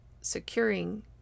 securing